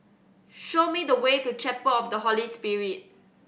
show me the way to Chapel of the Holy Spirit